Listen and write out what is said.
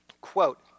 Quote